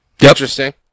interesting